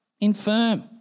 infirm